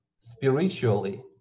spiritually